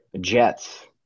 Jets